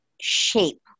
shape